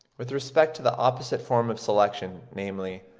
with respect to the opposite form of selection, namely,